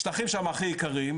השטחים שם הם הכי יקרים,